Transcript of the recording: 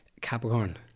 Capricorn